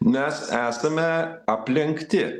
mes esame aplenkti